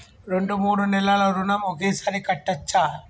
రెండు మూడు నెలల ఋణం ఒకేసారి కట్టచ్చా?